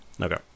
okay